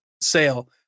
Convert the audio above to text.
sale